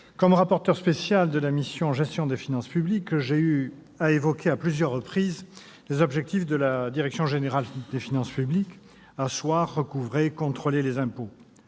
comme rapporteur spécial de la mission « Gestion des finances publiques », j'ai eu à évoquer à plusieurs reprises les objectifs de la direction générale des finances publiques : asseoir, recouvrer, contrôler les impôts.